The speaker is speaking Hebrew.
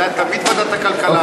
זה היה תמיד בוועדת הכלכלה.